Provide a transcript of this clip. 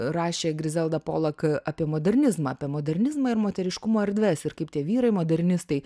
rašė griselda polak apie modernizmą apie modernizmą ir moteriškumo erdves ir kaip tie vyrai modernistai